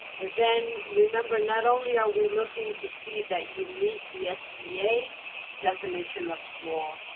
and then remember not only are we looking to see that you meet the sba definition of small,